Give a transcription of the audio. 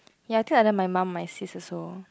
ya I think either my mum my sis also